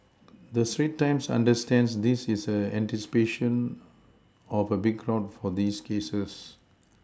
the Straits times understands this is in anticipation of a big crowd for these cases